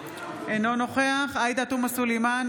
אינו נוכח עאידה תומא סלימאן,